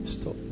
stop